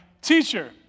Teacher